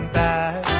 back